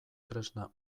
tresna